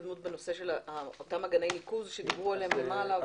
בנושא של אותם אגני ניקוז שדיברו עליהם?